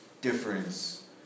difference